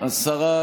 אי-אפשר ככה.